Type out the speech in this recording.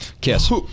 Kiss